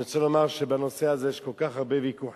אני רוצה לומר שבנושא הזה יש כל כך הרבה ויכוחים.